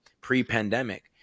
pre-pandemic